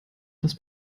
das